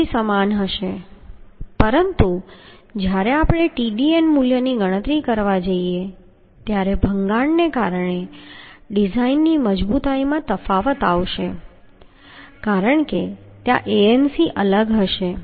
Tdg સમાન હશે પરંતુ જ્યારે આપણે Tdn મૂલ્યની ગણતરી કરવા જઈ રહ્યા છીએ ત્યારે ભંગાણને કારણે ડિઝાઇનની મજબૂતાઈમાં તફાવત આવશે કારણ કે ત્યાં Anc અલગ હશે